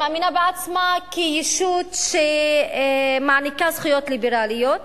היא מאמינה בעצמה כישות שמעניקה זכויות ליברליות,